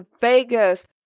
Vegas